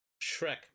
Shrek